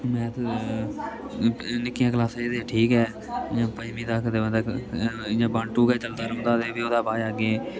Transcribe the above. math निक्कियां क्लासें च ते ठीक ऐ जियां पंजमी तक ते बंदा इयै बन टू गै चलदा रौह्न्दा फ्ही ओह्दे बाद अग्गें